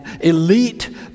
elite